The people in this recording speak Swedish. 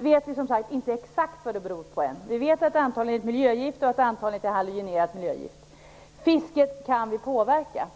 Vi vet inte exakt vad sjukdomen beror på ännu. Vi vet att det antagligen är ett miljögift, och att det antagligen är ett halogenerat miljögift. Fisket kan vi påverka.